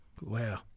Wow